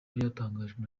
byatangajwe